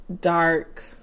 dark